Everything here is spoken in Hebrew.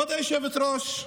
כבוד היושבת-ראש,